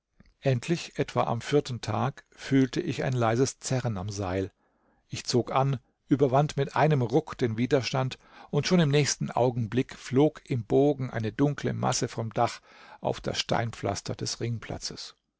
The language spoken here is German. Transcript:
endlich etwa am vierten tag fühlte ich ein leises zerren am seil ich zog an überwand mit einem ruck den widerstand und schon im nächsten augenblick flog im bogen eine dunkle masse vom dach auf das steinpflaster des